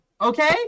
okay